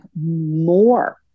more